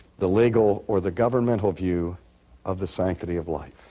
the legal or the governmental view of the sanctity of life.